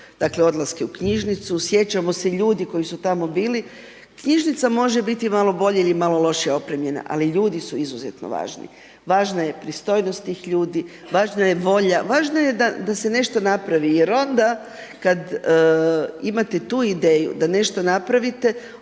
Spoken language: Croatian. svojih odlaska u knjižnicu, sjećamo se ljudi koji su tamo bili, knjižnica može biti malo bolje ili malo lošiji opremljena, ali ljudi su izuzetno važni, važna je pristojnost tih ljudi, važna je volja, važno je da se nešto napravi, je onda, kada imate tu ideju, da nešto napravite,